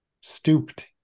stooped